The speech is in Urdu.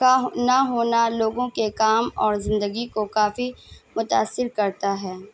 کا نہ ہونا لوگوں کے کام اور زندگی کو کافی متاثر کرتا ہے